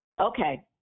Okay